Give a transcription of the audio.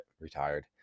retired